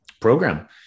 program